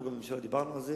בממשלה דיברנו על זה,